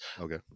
Okay